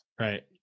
right